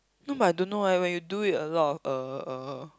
no but I don't know eh when you do it a lot of uh uh